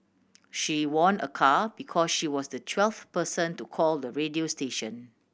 she won a car because she was the twelfth person to call the radio station